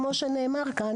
כמו שנאמר כאן,